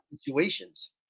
situations